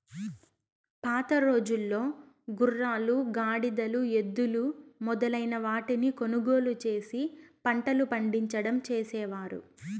పాతరోజుల్లో గుర్రాలు, గాడిదలు, ఎద్దులు మొదలైన వాటిని కొనుగోలు చేసి పంటలు పండించడం చేసేవారు